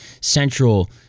central